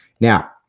Now